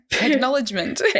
acknowledgement